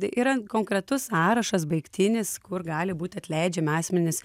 yra konkretus sąrašas baigtinis kur gali būt atleidžiami asmenys